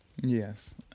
Yes